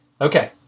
Okay